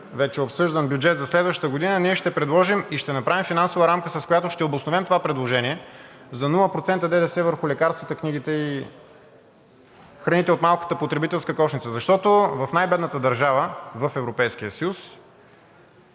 вече обсъждан бюджет за следващата година ние ще предложим и ще направим финансова рамка, с която ще обосновем това предложение за нула процента ДДС върху лекарствата, книгите и храните от малката потребителска кошница. В най-бедната държава в Европейския съюз